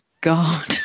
God